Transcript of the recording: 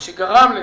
מה שגרם לזה,